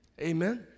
Amen